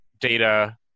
data